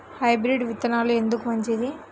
Hybrid విత్తనాలు ఎందుకు మంచిది?